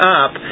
up